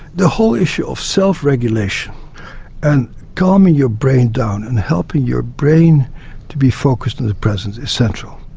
the whole issue of self-regulation and calming your brain down and helping your brain to be focussed in the present is central.